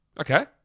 Okay